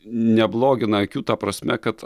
neblogina akių ta prasme kad